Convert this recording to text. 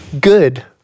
Good